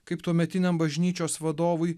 kaip tuometiniam bažnyčios vadovui